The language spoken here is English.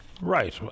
Right